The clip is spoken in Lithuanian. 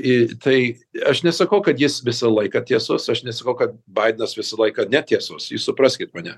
į tai aš nesakau kad jis visą laiką tiesus aš nesakau kad baidenas visą laiką netiesus jūs supraskit mane